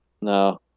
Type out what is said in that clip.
No